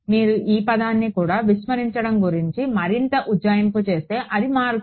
మీరు ఈ పదాన్ని కూడా విస్మరించడం గురించి మరింత ఉజ్జాయింపు చేస్తే అది మారుతుంది